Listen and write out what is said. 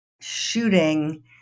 shooting